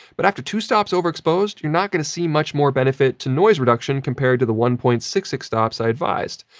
but after two stops overexposed, you're not gonna see much more benefit to noise reduction compared to the one point six six stops i advised.